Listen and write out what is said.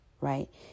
right